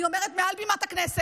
אני אומרת מעל בימת הכנסת,